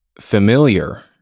familiar